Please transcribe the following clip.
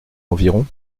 environ